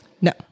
No